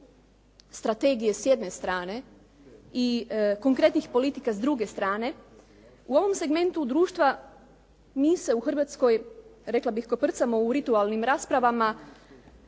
strategije s jedne strane i konkretnih politika s druge strane u ovom segmentu društva mi se u Hrvatskoj rekla bih koprcamo u ritualnim raspravama